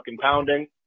pounding